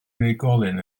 unigolyn